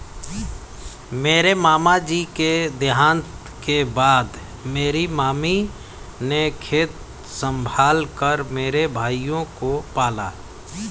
मेरे मामा जी के देहांत के बाद मेरी मामी ने खेत संभाल कर मेरे भाइयों को पाला